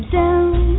down